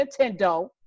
nintendo